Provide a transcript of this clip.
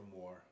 more